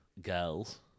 Girls